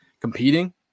competing